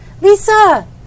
Lisa